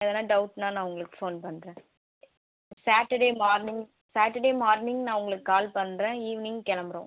எதனால் டவுட்னால் நான் உங்களுக்கு ஃபோன் பண்ணுறேன் சேட்டர்டே மார்னிங் சேட்டர்டே மார்னிங் நான் உங்களுக்கு கால் பண்ணுறேன் ஈவினிங் கிளம்புறோம்